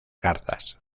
garzas